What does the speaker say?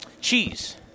cheese